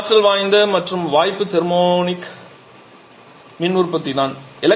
மிகவும் ஆற்றல் வாய்ந்த மற்ற வாய்ப்பு தெர்மோனிக் மின் உற்பத்தி தான்